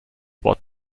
what